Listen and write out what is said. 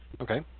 Okay